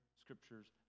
scriptures